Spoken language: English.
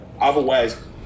Otherwise